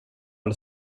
det